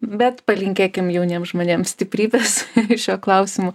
bet palinkėkim jauniem žmonėm stiprybės ir šiuo klausimu